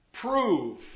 prove